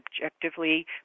objectively